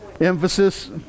Emphasis